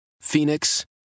Phoenix